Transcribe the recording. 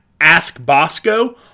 AskBosco